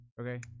Okay